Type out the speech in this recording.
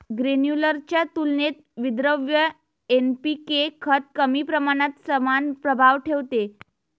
granular च्या तुलनेत विद्रव्य एन.पी.के खत कमी प्रमाणात समान प्रभाव ठेवते